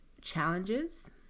challenges